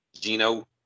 Gino